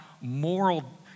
moral